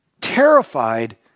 terrified